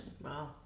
Wow